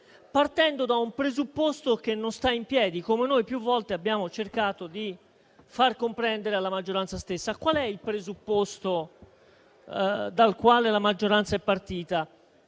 partendo da un presupposto che non sta in piedi, come più volte abbiamo cercato di far comprendere alla maggioranza stessa. Qual è il presupposto dal quale la maggioranza è partita?